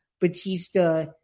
Batista